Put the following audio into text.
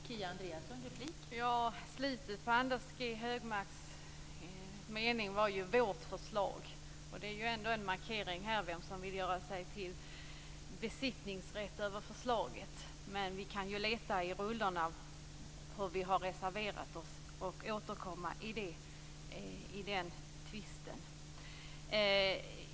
Fru talman! Slutet av Anders G Högmarks mening innehöll vårt förslag. Det markerar vem som vill hävda besittningsrätt till förslaget. Vi kan ju leta i rullorna efter hur vi har reserverat oss och återkomma i den tvisten.